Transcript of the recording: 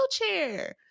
wheelchair